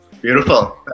beautiful